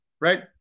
right